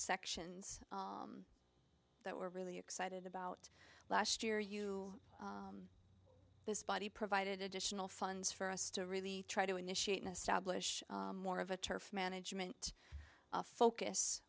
sections that we're really excited about last year you this body provided additional funds for us to really try to initiate an established more of a turf management focus